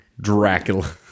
Dracula